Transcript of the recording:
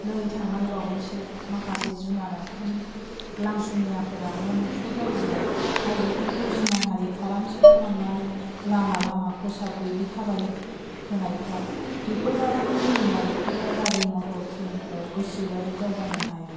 नै थांनाय बावैसो माखासे जुनार आखुनि लांसुनियाफोरा मणिपुर रायजोयाव आइजोफोरखौ जिनाहारि खालामसे खालामनानै लामा लामा खसाब गैयि थाबायहोनायफ्रा बेफोरबायदिनो जोंनि आइजोफोरा गारि मटर ट्रेनफोराव गोसो बायदि दावबायनो हाया